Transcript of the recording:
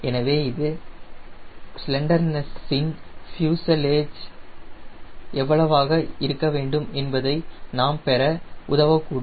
எனவே இது ஸ்லென்டர்னஸின் ஃப்யூசலெஜ் எவ்வளவாக இருக்க வேண்டும் என்பதை நாம் பெற உதவக்கூடும்